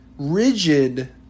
Rigid